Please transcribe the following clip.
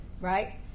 right